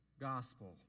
gospel